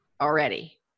already